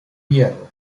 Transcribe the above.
hierro